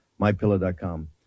Mypillow.com